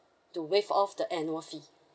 to waive off the annual fee